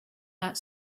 that